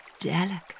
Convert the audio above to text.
delicate